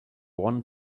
one